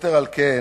יתר על כן,